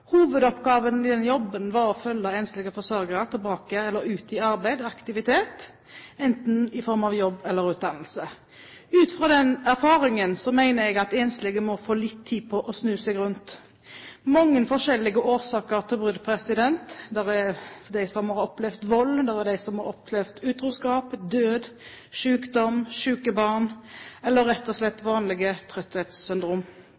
Hovedoppgaven i jobben var å følge enslige forsørgere ut i arbeid eller aktivitet, enten i form av jobb eller i form av utdannelse. Ut fra den erfaringen mener jeg at enslige forsørgere må få litt tid til å snu seg rundt. Det er mange forskjellige årsaker til brudd. Det er de som har opplevd vold. Det er de som har opplevd utroskap, død, sykdom eller syke barn – eller rett og